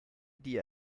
die